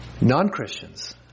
Non-Christians